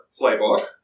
playbook